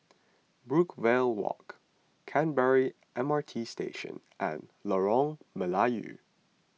Brookvale Walk Canberra M R T Station and Lorong Melayu